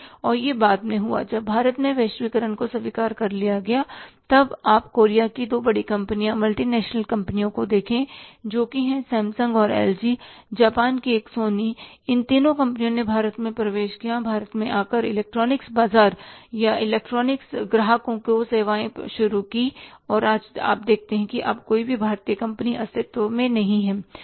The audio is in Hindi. और यह बाद में हुआ जब भारत में वैश्वीकरण को स्वीकार कर लिया गया था तब आप कोरिया की दो बड़ी कंपनियों मल्टीनेशनल कंपनियों को देखें जो कि सैमसंग और एलजी हैं जापान की एक सोनी इन तीन कंपनियों ने भारत में प्रवेश किया भारत में आकर इलेक्ट्रॉनिक्स बाजार या इलेक्ट्रॉनिक्स ग्राहकों को सेवाएं शुरू की और आज आप देखते हैं कि अब कोई भी भारतीय कंपनी अस्तित्व में नहीं है